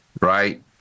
Right